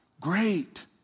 Great